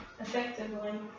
effectively